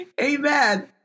Amen